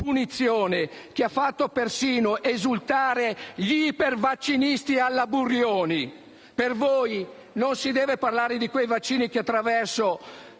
punizione ha fatto persino esultare gli ipervaccinisti alla Burioni. Per voi non si deve parlare di quei vaccini che, attraverso